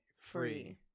free